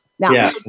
Now